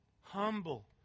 Humble